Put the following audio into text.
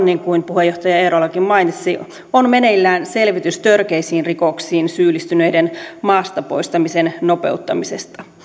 niin kuin puheenjohtaja eerolakin mainitsi on meneillään selvitys törkeisiin rikoksiin syyllistyneiden maasta poistamisen nopeuttamisesta